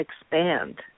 expand